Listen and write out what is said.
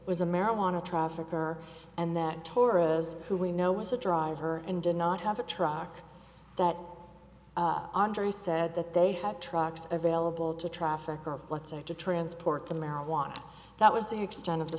was a marijuana trafficker and that tourists who we know was a driver and did not have a truck that andris said that they had trucks available to traffic or let's say to transport the marijuana that was the extent of the